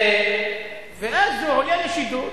ואז הוא עולה לשידור